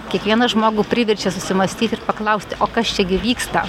kiekvieną žmogų priverčia susimąstyt ir paklausti o kas čia gi vyksta